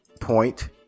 point